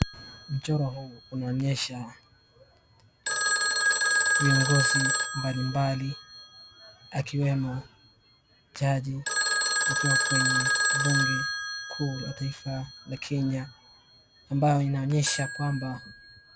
Mchoro huu unaonyesha viongozi mbalimbali ,akiwemo jaji, wakiwa kwenye bunge kuu la taifa la Kenya ambao inaonyesha kwamba...